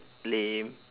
lame